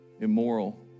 immoral